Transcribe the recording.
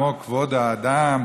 כמו כבוד האדם,